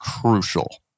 crucial